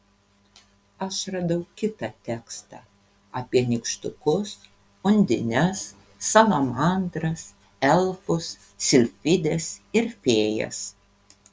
aš radau kitą tekstą apie nykštukus undines salamandras elfus silfides ir fėjas